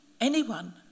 Anyone